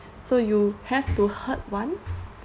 so you have to hurt one